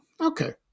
Okay